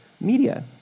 media